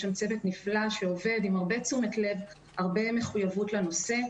יש שם צוות נפלא שעובד עם הרבה תשומת לב והרבה מחויבות לנושא.